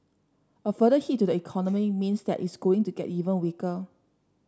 a further hit to the economy means that it's going to get even weaker